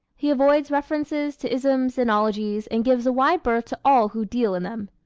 he avoids references to isms and ologies and gives a wide berth to all who deal in them.